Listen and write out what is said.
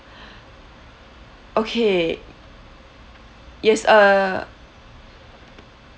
okay yes err